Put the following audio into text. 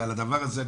ועל הדבר הזה,